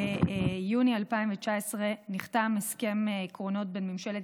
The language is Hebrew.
ביוני 2019 נחתם סיכום עקרונות בין ממשלת